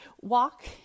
walk